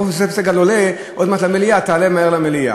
סגל עולה עוד מעט למליאה, תעלה מהר למליאה.